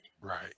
Right